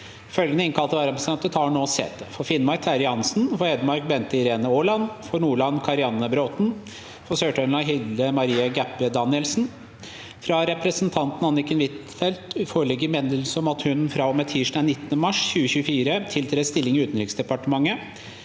Følgende innkalte vararepresentanter tar nå sete: For Finnmark: Terje Hansen For Hedmark: Bente Irene Aaland For Nordland: Karianne B. Bråthen For Sør-Trøndelag: Hilde Marie Gaebpie Danielsen Fra representanten Anniken Huitfeldt foreligger meddelelse om at hun fra og med tirsdag 19. mars 2024 tiltrer stilling i Utenriksdepartementet.